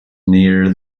near